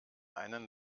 einen